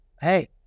Hey